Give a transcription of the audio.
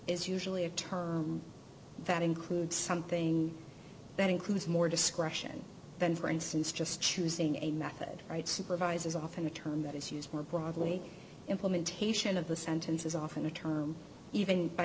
is usually a term that includes something that includes more discretion than for instance just choosing a method right supervisor is often a term that is used more broadly implementation of the sentence is often a term even